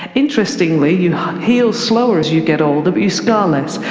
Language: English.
interestingly you heal slower as you get older but you scar less.